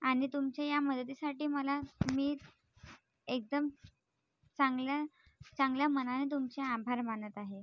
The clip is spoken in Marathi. आणि तुमच्या या मदतीसाठी मला मी एकदम चांगल्या चांगल्या मनाने तुमचे आभार मानत आहे